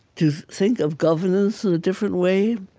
to think of governance in a different way,